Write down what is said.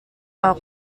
awk